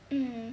mm